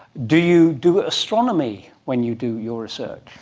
do you do astronomy when you do your research?